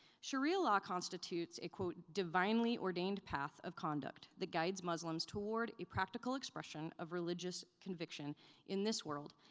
sharia law constitutes a divinely ordained path of conduct that guides muslims toward a practical expression of religious conviction in this world,